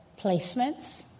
placements